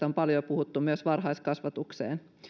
on paljon puhuttu myös varhaiskasvatukseen